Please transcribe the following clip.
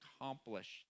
accomplished